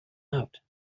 out